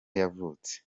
yavutse